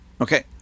Okay